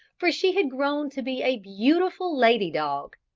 for she had grown to be a beautiful lady-dog.